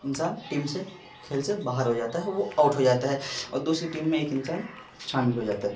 انسان ٹیم سے کھیل سے باہر ہو جاتا ہے وہ آؤٹ ہو جاتا ہے اور دوسری ٹیم میں ایک انسان شامل ہو جاتا ہے